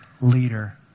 leader